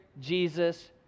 Jesus